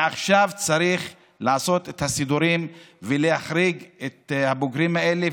מעכשיו צריך לעשות את הסידורים ולהחריג את הבוגרים האלה.